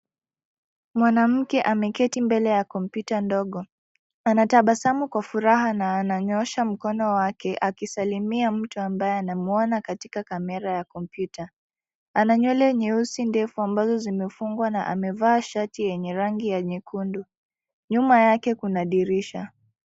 Mwanamke ameketi mbele ya kompyuta ndogo. Anatabasamu kwa furaha na ananyoosha mkono wake akisalimia mtu ambaye anamwona katika kamera ya kompyuta . Ana nywele nyeusi ndefu ambazo zimefungwa na amevaa shati yenye rangi ya nyekundu. Nyuma yake kuna dirisha.